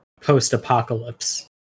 post-apocalypse